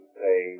say